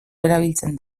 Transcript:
erabiltzen